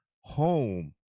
home